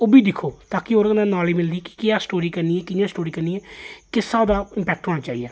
ओह् बी दिक्खो ताकि ओह्दे कन्नै नालेज मिलदी केह् स्टोरी करनी ऐ कि'यां स्टोरी करनी ऐ किस स्हाब दा इंपैक्ट होना चाहिदा ऐ